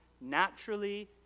naturally